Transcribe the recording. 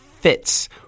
fits